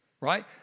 right